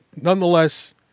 nonetheless